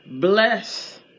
bless